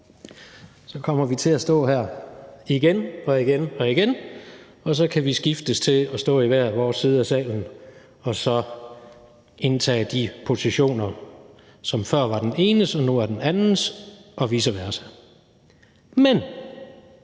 kommer vi til at stå her igen og igen og igen, og så kan vi skiftes til at stå i hver vores side af salen og så indtage de positioner, som før var den enes, men nu er den andens og vice versa. Men